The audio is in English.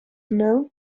known